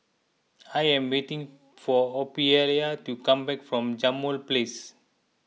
I am waiting for Ophelia to come back from Jambol Place